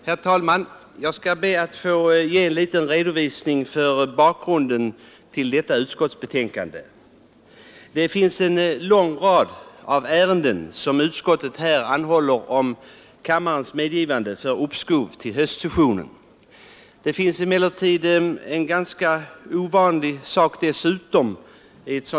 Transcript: Herr talman! Jag skall be att få lämna en redovisning för bakgrunden till reservationen i detta utskottsbetänkande. Det är en lång rad av ärenden beträffande vilkas behandling utskottet här anhåller om kammarens medgivande till uppskov till höstsessionen. Något i ett sådant sammanhang ganska ovanligt har emellertid inträffat.